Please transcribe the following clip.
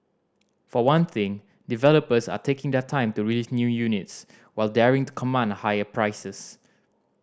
for one thing developers are taking their time to release new units while daring to command higher prices